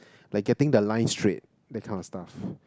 like getting the line straight that kind of stuff